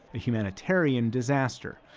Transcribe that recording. a humanitarian disaster,